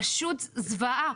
פשוט זוועה.